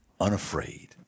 unafraid